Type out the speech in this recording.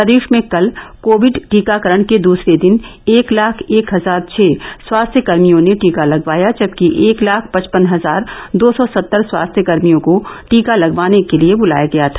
प्रदेश में कल कोविड टीकाकरण के दूसरे दिन एक लाख एक हजार छ स्वास्थ्यकर्मियों ने टीका लगवाया जबकि एक लाख पचपन हजार दो सौ सत्तर स्वास्थ्यकर्मियों को टीका लगवाने के लिये बुलाया गया था